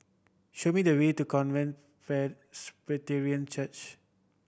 show me the way to Covenant Church